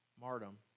martyrdom